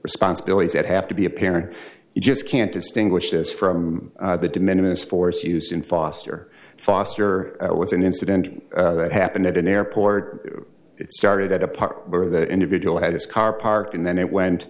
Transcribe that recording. responsibilities that have to be a parent you just can't distinguish this from the de minimus force used in foster foster was an incident that happened at an airport started at a park where that individual had his car parked and then it went